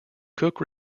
cooke